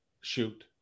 shoot